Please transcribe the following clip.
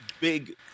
big